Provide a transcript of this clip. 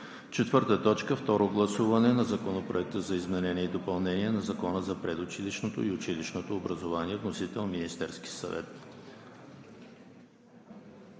съвет. 4. Второ гласуване на Законопроекта за изменение и допълнение на Закона за предучилищното и училищното образование. Вносител е Министерският съвет.